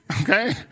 okay